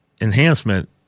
enhancement